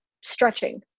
stretching